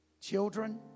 Children